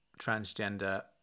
transgender